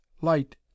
light